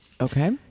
okay